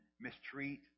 mistreat